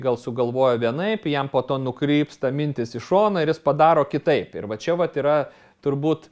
gal sugalvojo vienaip jam po to nukrypsta mintys į šoną ir jis padaro kitaip ir va čia vat yra turbūt